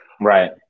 right